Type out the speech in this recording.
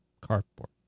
cardboard